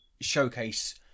showcase